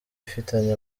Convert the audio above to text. ifitanye